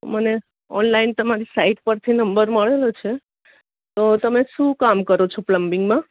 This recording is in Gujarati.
મને ઓનલાઇન તમારી સાઈટ પરથી નંબર મળેલો છે તો તમે શું કામ કરો છો પ્લમ્બિંગમાં